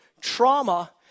trauma